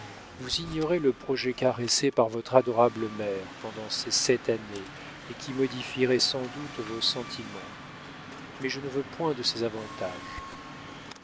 vous ignorez le projet caressé par votre adorable mère pendant ces sept années et qui modifierait sans doute vos sentiments mais je ne veux point de ces avantages